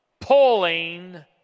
pulling